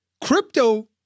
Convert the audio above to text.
Crypto